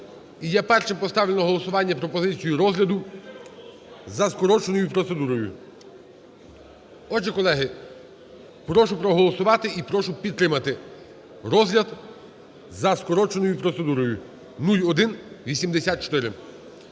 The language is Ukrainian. І я першим поставлю на голосування пропозицію розгляду за скороченою процедурою. Отже, колеги, прошу проголосувати і прошу підтримати розгляд за скороченою процедурою 0184.